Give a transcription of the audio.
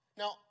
Now